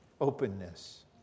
Openness